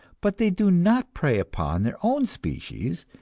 but they do not prey upon their own species,